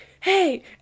Hey